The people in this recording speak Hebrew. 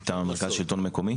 מטעם מרכז השלטון המקומי.